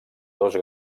dos